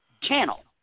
channel